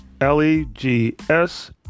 L-E-G-S